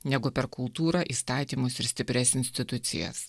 negu per kultūrą įstatymus ir stiprias institucijas